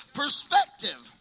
perspective